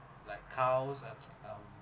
like cows at um